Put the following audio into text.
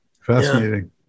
Fascinating